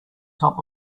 top